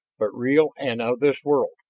but real and of this world!